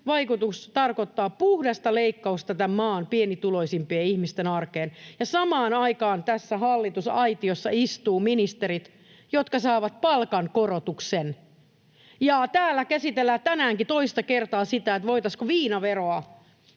vaikutus tarkoittaa puhdasta leikkausta tämän maan pienituloisimpien ihmisten arkeen. Samaan aikaan tässä hallitusaitiossa istuvat ministerit, jotka saavat palkankorotuksen. Ja täällä käsitellään tänäänkin toista kertaa sitä, voitaisiinko viinaveron,